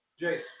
Jace